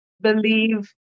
believe